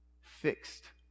fixed